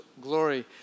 glory